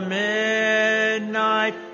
midnight